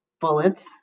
bullets